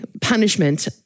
punishment